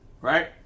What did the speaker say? right